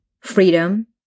freedom